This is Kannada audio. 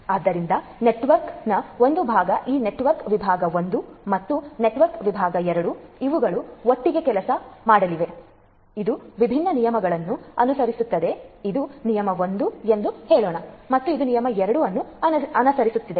ಆದ್ದರಿಂದ ನೆಟ್ವರ್ಕ್ನ ಒಂದು ಭಾಗ ಈ ನೆಟ್ವರ್ಕ್ ವಿಭಾಗ 1 ಮತ್ತು ನೆಟ್ವರ್ಕ್ ವಿಭಾಗ 2 ಇವುಗಳು ಒಟ್ಟಿಗೆ ಕೆಲಸ ಮಾಡಲಿವೆ ಆದರೆ ಇದು ವಿಭಿನ್ನ ನಿಯಮಗಳನ್ನು ಅನುಸರಿಸುತ್ತದೆ ಇದು ನಿಯಮ 1 ಎಂದು ಹೇಳೋಣ ಮತ್ತು ಇದು ನಿಯಮ 2 ಅನ್ನು ಅನುಸರಿಸುತ್ತದೆ